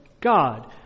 God